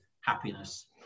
happiness